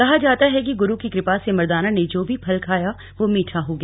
कहा जाता है कि ग्रु की कृपा से मर्दाना ने जो भी फल खाया वह मीठा हो गया